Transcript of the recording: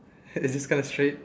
it's this kinda straight